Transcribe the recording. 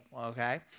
okay